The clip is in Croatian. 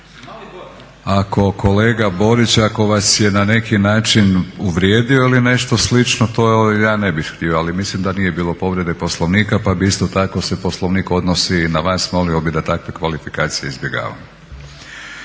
Ako kolega Borić ako vas je na neki način uvrijedio ili nešto slično to ja ne bih htio, ali mislim da nije bilo povrede Poslovnika pa bi isto tako Poslovnik odnosi i na vas, molio bi da takve kvalifikacije izbjegavamo